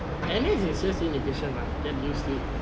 N_S is just inefficient lah get used to it